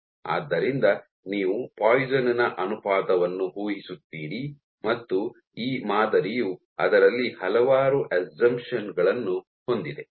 ಆದ್ದರಿಂದ ನೀವು ಪಾಯ್ಸನ್ ನ ಅನುಪಾತವನ್ನು ಊಹಿಸುತ್ತೀರಿ ಮತ್ತು ಈ ಮಾದರಿಯು ಅದರಲ್ಲಿ ಹಲವಾರು ಅಸಾಂಪ್ಷನ್ ಗಳನ್ನು ಹೊಂದಿದೆ